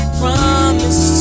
promise